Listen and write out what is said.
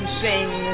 sing